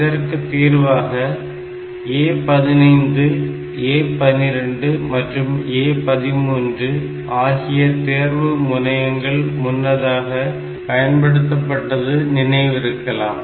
இதற்கு தீர்வாக A15 A12 மற்றும் A13 ஆகிய தேர்வு முனையங்கள் முன்னதாக பயன்படுத்தப்பட்டது நினைவிருக்கலாம்